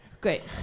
Great